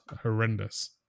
Horrendous